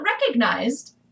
recognized